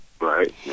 Right